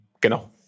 Genau